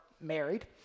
married